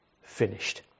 finished